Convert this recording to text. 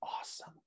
Awesome